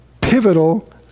pivotal